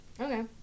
Okay